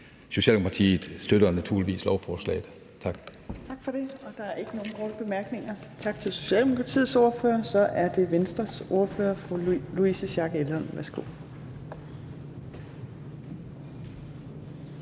Socialdemokratiet støtter naturligvis lovforslaget. Tak.